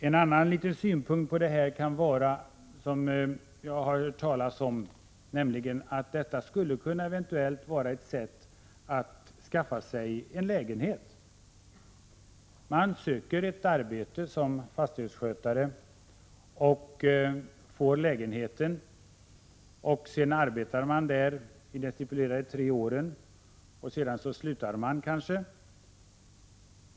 En annan synpunkt på det här, som jag har hört talas om, är att detta skulle kunna vara ett sätt att skaffa sig en lägenhet. Man söker ett arbete som fastighetsskötare och får lägenheten. Så arbetar man där i de stipulerade tre åren. Sedan slutar man kanske.